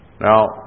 Now